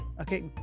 okay